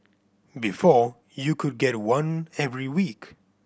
before you could get one every week